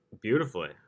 Beautifully